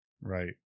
right